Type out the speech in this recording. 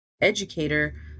educator